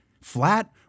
Flat